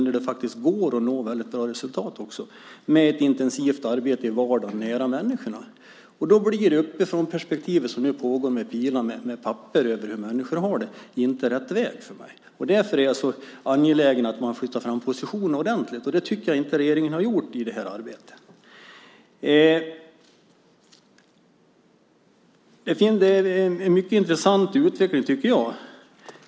Där har det gått att nå väldigt bra resultat med intensivt arbete i vardagen nära människorna. Uppifrånperspektivet i Pila är inte rätt väg för mig. Därför är jag angelägen om att man flyttar fram positionerna, och det tycker jag inte att regeringen har gjort i det här arbetet. Jag tycker att utvecklingen är intressant.